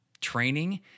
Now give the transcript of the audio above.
training